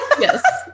Yes